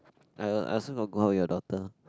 I uh I also got go out with your daughter